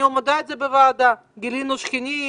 אני מודה בזה בוועדה, גילינו שכנים,